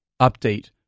update